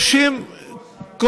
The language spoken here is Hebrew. הינה עוד דוגמה לחקיקה הזאת.